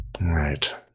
right